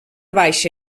baixa